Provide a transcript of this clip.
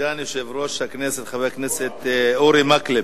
סגן יושב-ראש הכנסת, חבר הכנסת אורי מקלב.